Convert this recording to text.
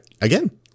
Again